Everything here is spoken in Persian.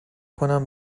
کنم